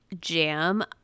jam